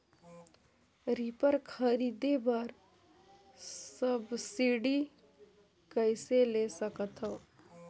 Reaper खरीदे बर subsidy कइसे ले सकथव?